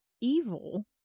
evil